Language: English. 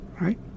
right